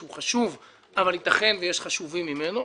שהוא חשוב אבל יתכן ויש חשובים ממנו,